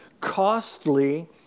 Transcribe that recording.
costly